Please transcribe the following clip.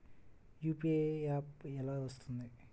UPI app ఎలా వస్తుంది?